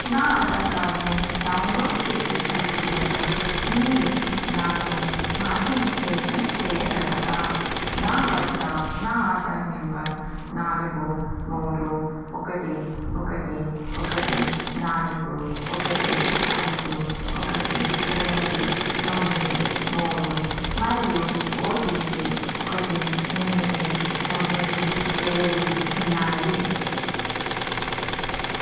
నా ఆధార్ కార్డ్ను డౌన్లోడ్ చేసే ప్రక్రియలో మీరు నాకు మార్గనిర్దేశం చేయగలరా నా వద్ద నా ఆధార్ నంబర్ నాలుగు మూడు ఒకటి ఒకటి ఒకటి నాలుగు ఒకటి ఐదు ఒకటి రెండు తొమ్మిది మూడు మరియు ఓటిపి ఒకటి ఎనిమిది తొమ్మిది ఏడు ఉన్నాయి